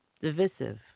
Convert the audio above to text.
Divisive